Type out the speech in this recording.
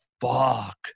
fuck